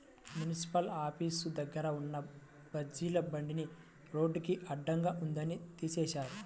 municipal office దగ్గర ఉన్న బజ్జీల బండిని రోడ్డుకి అడ్డంగా ఉందని తీసేశారు